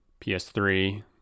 ps3